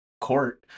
court